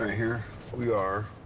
ah here we are.